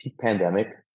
pandemic